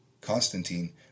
Constantine